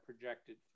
projected